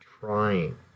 trying